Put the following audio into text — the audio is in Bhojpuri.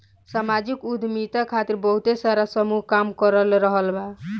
सामाजिक उद्यमिता खातिर बहुते सारा समूह काम कर रहल बा